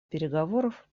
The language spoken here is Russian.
переговоров